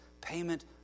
payment